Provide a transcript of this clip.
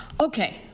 Okay